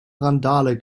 randale